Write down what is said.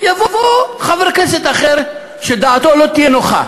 יבוא חבר כנסת אחר שדעתו לא תהיה נוחה,